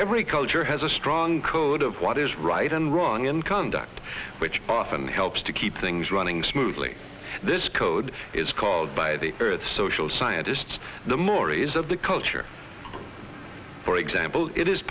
every culture has a strong code of what is right and wrong in conduct which often helps to keep things running smoothly this code is called by the earth social scientists the mores of the culture for example it is